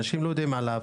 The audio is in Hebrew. אנשים לא יודעים עליו.